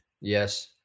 Yes